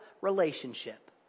relationship